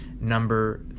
number